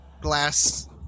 glass